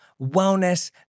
wellness